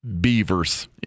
Beavers